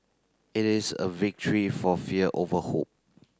it is a victory for fear over hope